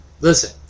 listen